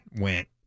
went